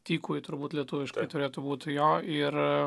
tykųjį turbūt lietuviškai turėtų būt jo ir